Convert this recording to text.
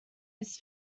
his